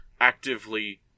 actively